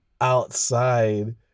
outside